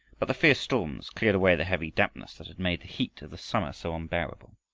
but the fierce storms cleared away the heavy dampness that had made the heat of the summer so unbearable,